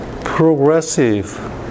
progressive